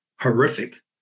horrific